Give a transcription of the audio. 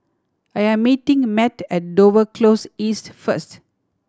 I am meeting Mat at Dover Close East first